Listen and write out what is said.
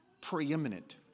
preeminent